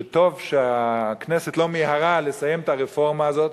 שטוב שהכנסת לא מיהרה לסיים את הרפורמה הזאת,